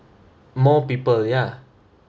more people yeah